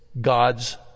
god's